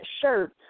shirt